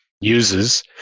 uses